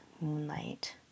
moonlight